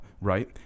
Right